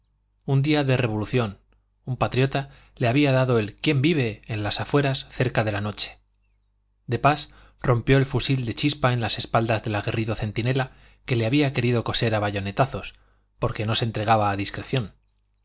un día de revolución un patriota le había dado el quién vive en las afueras cerca de la noche de pas rompió el fusil de chispa en las espaldas del aguerrido centinela que le había querido coser a bayonetazos porque no se entregaba a discreción